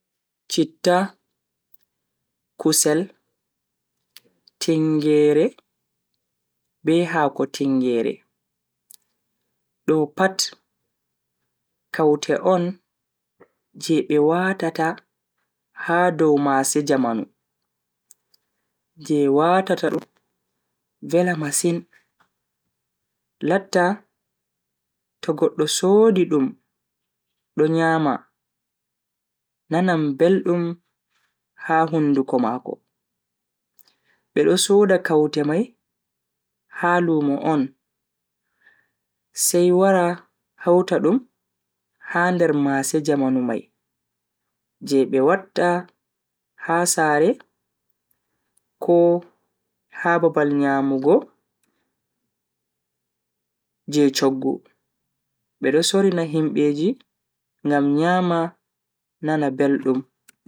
Citta, kusel, tingeere, be Hako tingeere. Do pat kaute on je be watata ha dow mase jamanu je watata dum vela masin latta to goddo sodi dum do nyama nanan beldum ha hunduko mako. Be do soda kaute mai ha lumo on sai wara hauta dum ha nder mase jamanu mai je be watta ha sare ko ha babal nyamugo je choggu bedo sorina himbeji ngam nyama nana beldum.